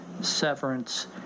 severance